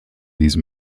these